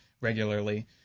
regularly